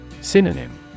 Synonym